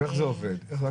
אז איך זה עובד בטקטיקה?